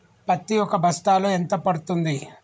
పత్తి ఒక బస్తాలో ఎంత పడ్తుంది?